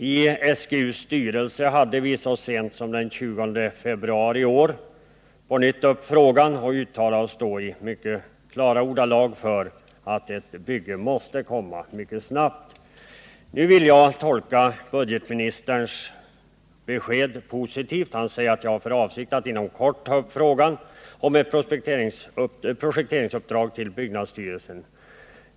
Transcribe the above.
I SGU:s styrelse tog vi så sent som den 20 februari i år på nytt upp frågan och uttalade oss då i mycket klara ordalag för att ett bygge måste komma till stånd mycket snabbt. Nu vill jag tolka budgetministerns besked positivt. Han säger att han ”har för avsikt att inom kort ta upp frågan om ett projekteringsuppdrag till byggnadsstyrelsen”.